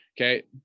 Okay